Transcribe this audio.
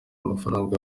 amafaranga